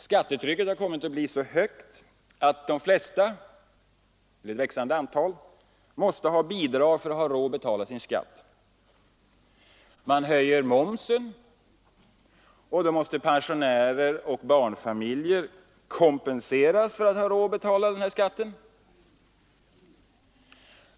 Skattetrycket har kommit att bli så högt att ett växande antal människor måste få bidrag för att ha råd att betala sin skatt. Man höjer momsen, och då måste pensionärerna och barnfamiljerna kompenseras för att ha råd att betala den här skatten.